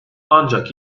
ancak